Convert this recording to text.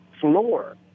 floor